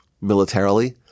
militarily